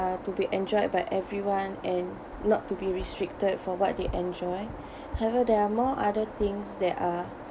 uh to be enjoyed by everyone and not to be restricted for what they enjoy however there are more other things that are